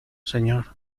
señor